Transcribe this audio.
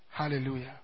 Hallelujah